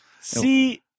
See